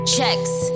Checks